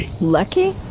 Lucky